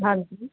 ਹਾਂਜੀ